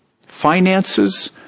finances